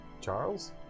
Charles